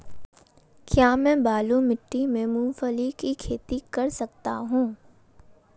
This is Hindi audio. क्या मैं बालू मिट्टी में मूंगफली की खेती कर सकता हूँ?